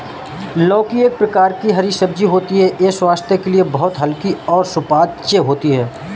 लौकी एक प्रकार की हरी सब्जी होती है यह स्वास्थ्य के लिए बहुत हल्की और सुपाच्य होती है